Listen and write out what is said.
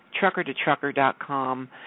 TruckerToTrucker.com